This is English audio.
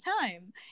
time